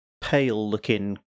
pale-looking